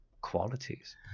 qualities